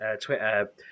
Twitter